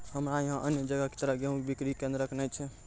हमरा यहाँ अन्य जगह की तरह गेहूँ के बिक्री केन्द्रऽक नैय छैय?